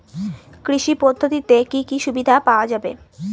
কৃষি পদ্ধতিতে কি কি সুবিধা পাওয়া যাবে?